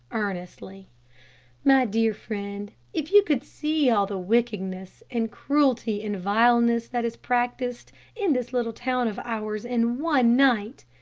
earnestly my dear friend, if you could see all the wickedness, and cruelty, and vileness, that is practised in this little town of ours in one night,